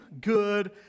good